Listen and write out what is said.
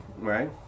Right